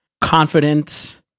confident